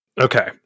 Okay